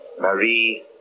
Marie